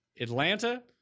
Atlanta